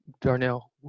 Darnell